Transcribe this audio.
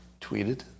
Tweeted